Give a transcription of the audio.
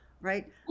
Right